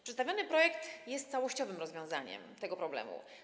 Przedstawiony projekt jest całościowym rozwiązaniem tego problemu.